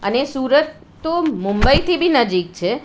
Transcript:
અને સુરત તો મુંબઈથી બી નજીક છે